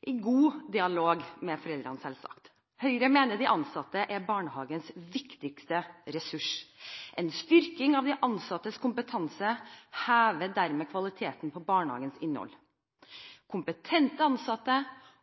i god dialog med foreldrene. Høyre mener de ansatte er barnehagens viktigste ressurs. En styrking av de ansattes kompetanse hever dermed kvaliteten på barnehagens innhold. Kompetente ansatte